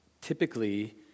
typically